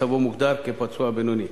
מצבו מוגדר כפצוע בינוני.